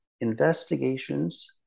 investigations